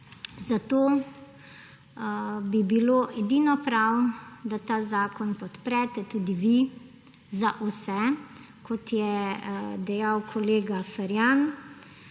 zato bi bilo edino prav, da ta zakon podprete tudi vi za vse, kot je dejal kolega Ferjan.